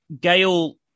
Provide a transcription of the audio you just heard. Gale